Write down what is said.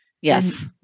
Yes